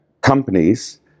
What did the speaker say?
companies